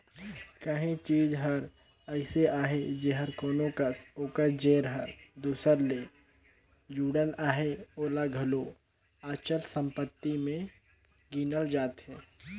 काहीं चीज हर अइसे अहे जेहर कोनो कस ओकर जेर हर दूसर ले जुड़ल अहे ओला घलो अचल संपत्ति में गिनल जाथे